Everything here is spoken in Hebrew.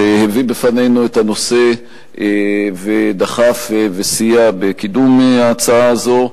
שהביא בפנינו את הנושא ודחף וסייע בקידום ההצעה הזאת,